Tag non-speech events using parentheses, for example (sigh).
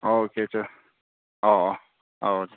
okay (unintelligible) ꯑꯣ ꯑꯣ (unintelligible)